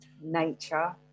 nature